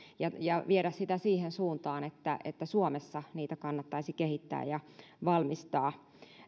ja ja viedä sitä siihen suuntaan että että suomessa niitä kannattaisi kehittää ja valmistaa